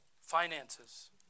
Finances